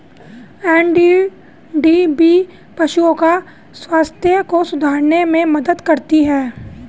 NDDB पशुओं के स्वास्थ्य को सुधारने में मदद करती है